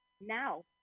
now